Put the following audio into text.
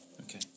Okay